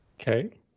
Okay